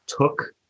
took